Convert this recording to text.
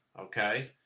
Okay